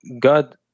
God